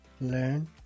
learn